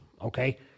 okay